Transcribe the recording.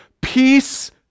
peace